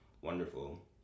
wonderful